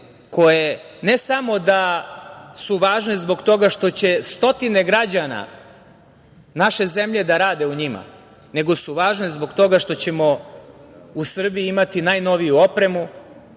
koje ne samo da su važne zbog toga što će stotine građana naše zemlje da rade u njima, nego su važne zbog toga što ćemo u Srbiji imati najnoviju opremu,